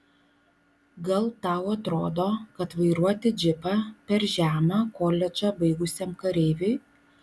gal tau atrodo kad vairuoti džipą per žema koledžą baigusiam kareiviui